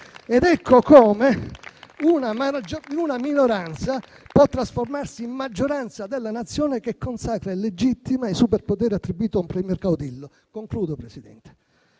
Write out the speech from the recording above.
Ecco come una minoranza può trasformarsi in maggioranza della Nazione che consacra e legittima i superpoteri attribuiti a un *Premier* caudillo. Concludo, Presidente.